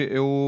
eu